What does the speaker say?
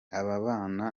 ababana